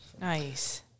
Nice